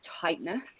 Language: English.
tightness